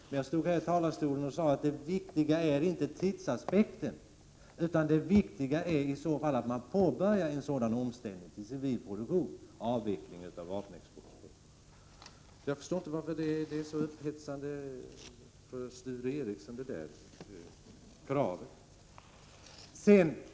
Men här i talarstolen sade jag att det viktiga inte är tidsaspekten, utan det viktiga är att en omställning till civil produktion och en avveckling av vapenexporten påbörjas. Jag förstår inte varför det kravet är så upphetsande för Sture Ericson.